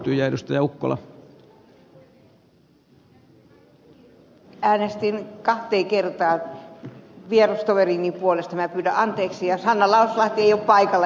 tässä kaikessa kiireessä äänestin kahteen kertaan vierustoverini puolestanne pyydä anteeksi annalla vartiopaikalle